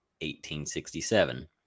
1867